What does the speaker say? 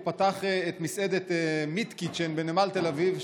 הוא פתח את מסעדת מיטקיטצ'ן בנמל תל אביב,